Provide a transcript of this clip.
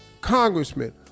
Congressman